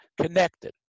connected